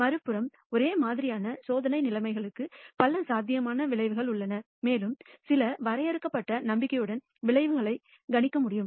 மறுபுறம் ஒரே மாதிரியான சோதனை நிலைமைகளுக்கு பல சாத்தியமான விளைவுகள் உள்ளன மேலும் சில வரையறுக்கப்பட்ட நம்பிக்கையுடன் விளைவுகளை கணிக்க முடியும்